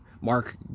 Mark